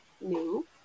New